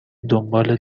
دنبال